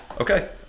okay